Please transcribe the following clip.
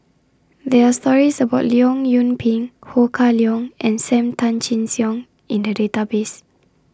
There Are stories about Leong Yoon Pin Ho Kah Leong and SAM Tan Chin Siong in The Database